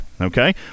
Okay